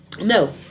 No